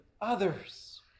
others